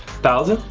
thousand?